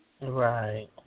Right